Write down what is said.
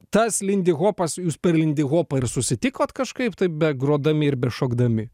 tas lindihopas jūs per lindihopą ir susitikot kažkaip tai begrodami ir bešokdami